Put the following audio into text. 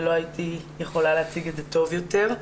ולא הייתי יכולה להציג את זה טוב יותר.